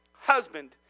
husband